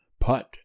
Put